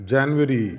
January